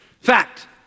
Fact